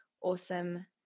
awesome